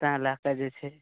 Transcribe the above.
तेँ लए कऽ जे छै